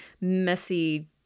messy